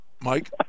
Mike